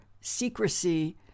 secrecy